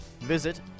Visit